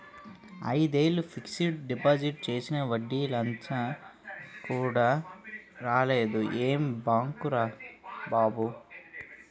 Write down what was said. ఐదేళ్ళు fixed deposit చేసినా వడ్డీ లచ్చ కూడా రాలేదు ఏం బాంకురా బాబూ